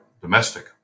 domestic